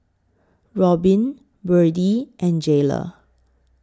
Robyn Byrdie and Jaylah